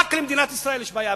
רק למדינת ישראל יש בעיה,